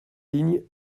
lignes